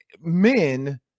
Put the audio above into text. men